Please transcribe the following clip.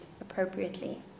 appropriately